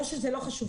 לא שזה לא חשוב,